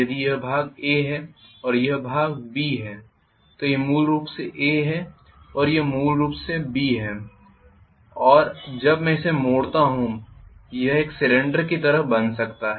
यदि यह भाग A है और यह भाग B है तो यह मूल रूप से A है और यह मूल रूप से B है और जब मैं इसे मोड़ता हूं यह एक सिलेंडर की तरह बन सकता है